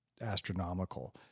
astronomical